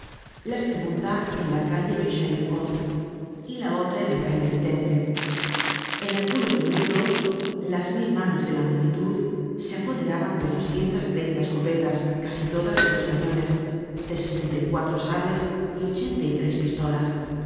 la segunda en la calle michel le conte y la otra en la calle del temple en algunos minutos las mil manos de la multitud se apoderaban de doscientas treinta escopetas casi todas de dos cañones de sesenta y cuatro sables y ochenta y tres pistolas